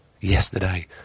yesterday